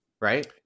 right